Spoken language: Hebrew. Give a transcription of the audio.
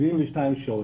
72 שעות,